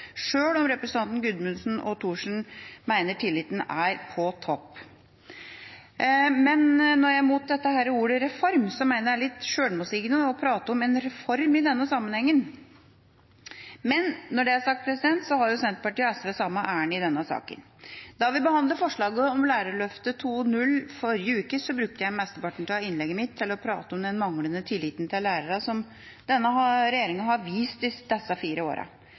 sjøl om representanten Gudmundsen og Thorsen mener tilliten er på topp. Når jeg er imot ordet «reform», er det fordi jeg mener det er litt sjølmotsigende å prate om en reform i denne sammenhengen. Når det er sagt, har Senterpartiet og SV samme ærend i denne saken. Da vi behandlet forslaget om Lærerløftet 2.0 i forrige uke, brukte jeg mesteparten av innlegget mitt til å prate om den manglende tilliten til lærerne som denne regjeringa har vist disse fire åra.